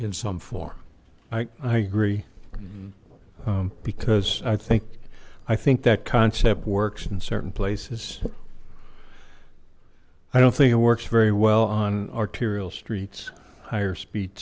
in some form i agree because i think i think that concept works in certain places i don't think it works very well on arterial streets higher speed